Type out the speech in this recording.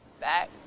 Back